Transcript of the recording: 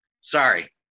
Sorry